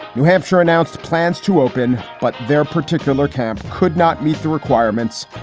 new hampshire announced plans to open, but their particular camp could not meet the requirements.